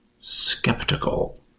skeptical